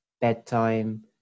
bedtime